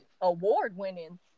award-winning